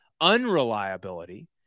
unreliability